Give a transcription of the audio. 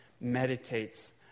meditates